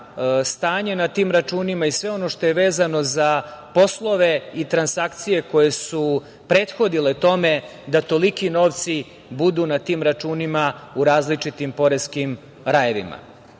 stanje na tim računima i sve ono što je vezano za poslove i transakcije koje su prethodile tome da toliki novci budu na tim računima u različitim poreskim rajevima. Ne